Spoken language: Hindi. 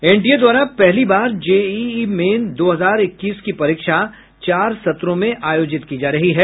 एनटीए द्वारा पहली बार जेईई मेन दो हजार इक्कीस की परीक्षा चार सत्रों में आयोजित की जा रही है